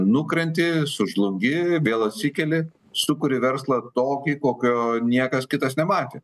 nukrenti sužlungi vėl atsikeli sukuri verslą tokį kokio niekas kitas nematė